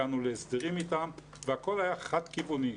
הגענו להסדרים איתם והכל היה חד כיווני.